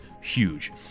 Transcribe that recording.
huge